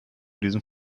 diesem